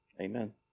Amen